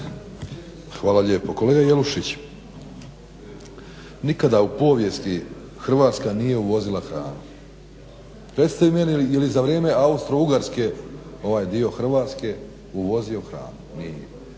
Hvala lijepo. Kolega Jelušić nikada u povijesti Hrvatska nije uvozila hranu. Recite vi meni je li za vrijeme Austro-ugarske ovaj dio Hrvatske uvozio hranu, nije.